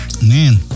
Man